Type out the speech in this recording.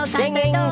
singing